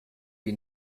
wie